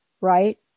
right